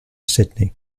sydney